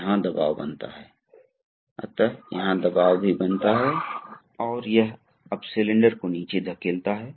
इसलिए जब इस स्थिति को छोड़ते हैं तो यह कुछ दबाव बिंदु से जुड़ाता है